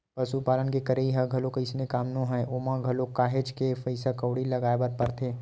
पसुपालन के करई ह घलोक अइसने काम नोहय ओमा घलोक काहेच के पइसा कउड़ी लगाय बर परथे